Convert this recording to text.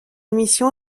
mission